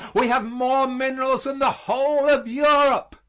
we have more minerals than the whole of europe.